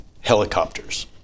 helicopters